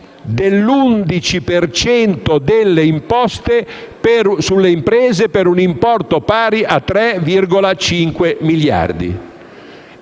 cento delle imposte sulle imprese per un importo pari a 3,5 miliardi.